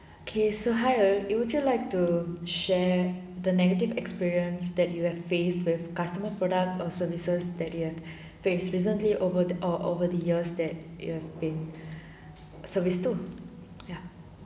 okay so hai-er you would you like to share the negative experience that you have faced with customer products or services that you have face recently over or over the years that you have been service too ya